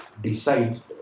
decide